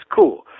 cool